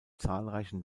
zahlreichen